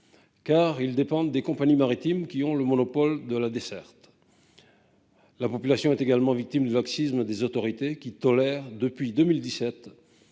car ils dépendent des compagnies maritimes qui ont le monopole de la desserte. La population est également victime du laxisme des autorités, qui tolèrent, depuis 2017,